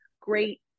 great